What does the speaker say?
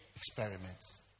Experiments